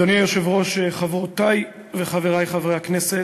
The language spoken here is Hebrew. אדוני היושב-ראש, חברותי וחברי חברי הכנסת,